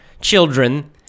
children